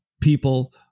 people